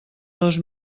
dos